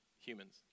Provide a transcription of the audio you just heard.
humans